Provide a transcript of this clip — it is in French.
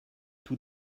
tout